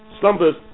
slumbers